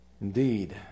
Indeed